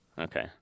Okay